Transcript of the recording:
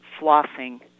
flossing